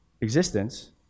existence